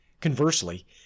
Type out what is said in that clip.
Conversely